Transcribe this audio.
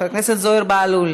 חבר הכנסת זוהיר בהלול,